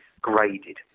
graded